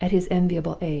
at his enviable age,